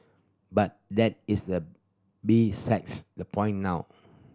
but that is the besides the point now